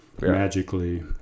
magically